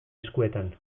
eskuetan